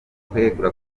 kwegura